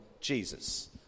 Jesus